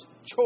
choice